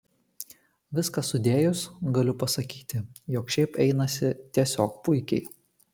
viską sudėjus galiu pasakyti jog šiaip einasi tiesiog puikiai